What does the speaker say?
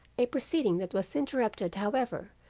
a proceeding that was interrupted, however,